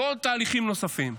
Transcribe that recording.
ועוד תהליכים נוספים.